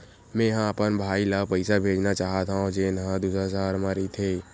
मेंहा अपन भाई ला पइसा भेजना चाहत हव, जेन हा दूसर शहर मा रहिथे